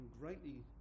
greatly